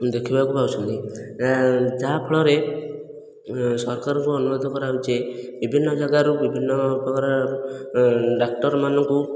ଦେଖିବାକୁ ପାଉଛନ୍ତି ଯାହାଫଳରେ ସରକାରଙ୍କୁ ଅନୁରୋଧ କରାହେଉଛି ଯେ ବିଭିନ୍ନ ଜାଗାରୁ ବିଭିନ୍ନ ପ୍ରକାର ଡାକ୍ତର ମାନଙ୍କୁ